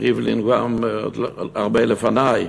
ריבלין גם הרבה לפני,